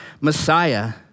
Messiah